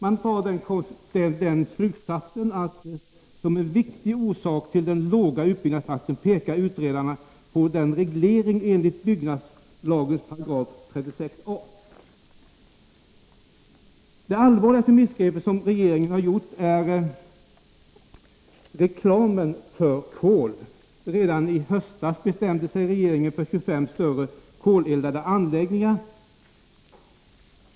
Utredarna pekar på att en viktig orsak till den låga utbyggnadstakten är regleringen enligt 136 a § byggnadslagen. Regeringens allvarligaste missgrepp är den spridning av reklam för kol som skett. Redan i höstas bestämde sig regeringen för att det skulle vara 25 större koleldade anläggningar.